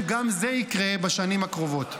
גם זה יקרה בשנים הקרובות.